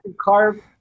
carve